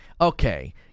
okay